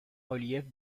reliefs